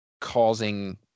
causing